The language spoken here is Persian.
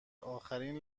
آخرین